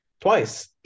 twice